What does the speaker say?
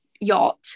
yacht